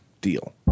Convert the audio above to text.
deal